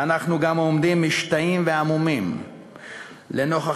ואנחנו גם עומדים משתאים והמומים לנוכח